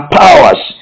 powers